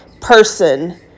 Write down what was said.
person